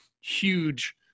huge